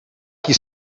qui